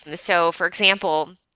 ah so for example,